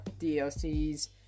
DLCs